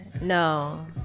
no